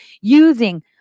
using